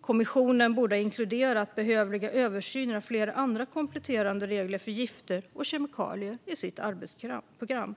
Kommissionen borde ha inkluderat behövliga översyner av flera andra kompletterande regler för gifter och kemikalier i sitt arbetsprogram.